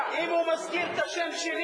אם הוא מזכיר את השם שלי,